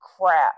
crap